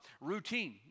routine